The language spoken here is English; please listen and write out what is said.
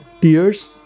Tears